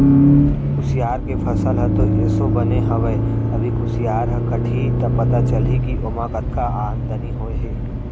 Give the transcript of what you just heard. कुसियार के फसल ह तो एसो बने हवय अभी कुसियार ह कटही त पता चलही के ओमा कतका आमदनी होय हे